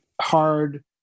hard